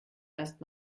erst